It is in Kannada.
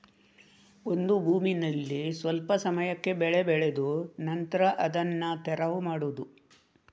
ಒಂದು ಭೂಮಿನಲ್ಲಿ ಸ್ವಲ್ಪ ಸಮಯಕ್ಕೆ ಬೆಳೆ ಬೆಳೆದು ನಂತ್ರ ಅದನ್ನ ತೆರವು ಮಾಡುದು